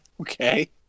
Okay